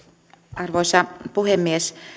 arvoisa puhemies